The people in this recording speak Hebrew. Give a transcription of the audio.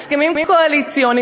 הסכמים קואליציוניים,